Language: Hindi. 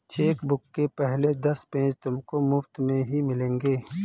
चेकबुक के पहले दस पेज तुमको मुफ़्त में ही मिलेंगे